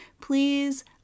please